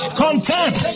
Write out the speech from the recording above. content